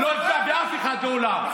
לא אפגע באף אחד בעולם.